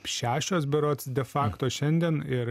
šešios berods de fakto šiandien ir